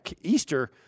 Easter